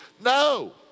No